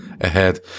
ahead